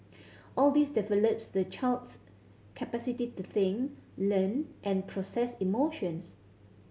all this develops the child's capacity to think learn and process emotions